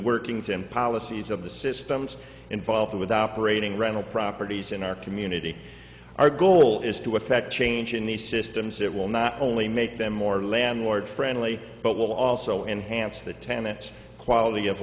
workings and policies of the systems involved with operating rental properties in our community our goal is to effect change in these systems it will not only make them more landlord friendly but will also enhance the tenant quality of